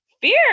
fear